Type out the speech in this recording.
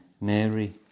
Mary